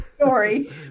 story